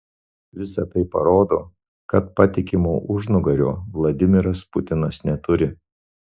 visa tai parodo kad patikimo užnugario vladimiras putinas neturi